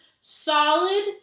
solid